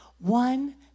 one